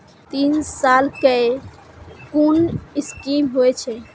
तीन साल कै कुन स्कीम होय छै?